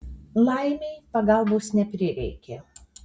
laimei pagalbos neprireikė